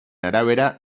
arabera